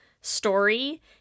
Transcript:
story